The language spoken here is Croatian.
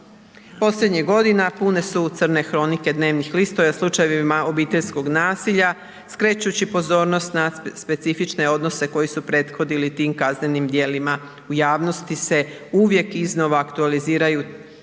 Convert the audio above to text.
Posljednjih godina pune su crne kronike dnevnih listova o slučajevima obiteljskog nasilja skrećući pozornost na specifične odnose koji su prethodili tim kaznenim djelima. U javnosti se uvijek iznova aktualizira tema